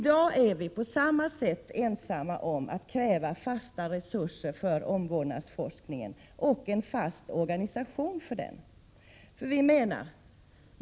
På samma sätt är folkpartiet i dag ensamt om att kräva fasta resurser för omvårdnadsforskningen och en fast organisation för den.